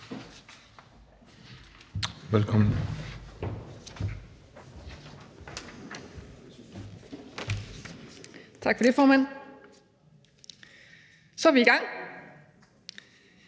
(RV): Tak for det, formand. Så er vi i gang.